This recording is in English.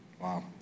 Wow